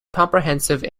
comprehensive